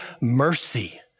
mercy